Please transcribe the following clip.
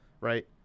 Right